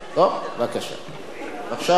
בבקשה, אדוני, כבוד השר.